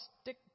stick